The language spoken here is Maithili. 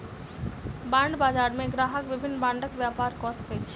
बांड बजार मे ग्राहक विभिन्न बांडक व्यापार कय सकै छै